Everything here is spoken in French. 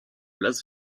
las